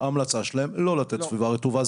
שההמלצה שלהם היא: לא לתת סביבה רטובה,